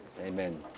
Amen